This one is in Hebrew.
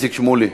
איציק שמולי,